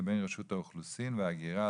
לבין רשות האוכלוסין וההגירה,